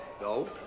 No